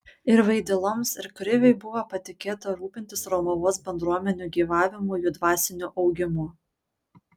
ir vaidiloms ir kriviui buvo patikėta rūpintis romuvos bendruomenių gyvavimu jų dvasiniu augimu